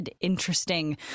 interesting